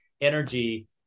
energy